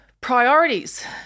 priorities